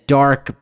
dark